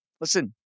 Listen